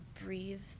breathe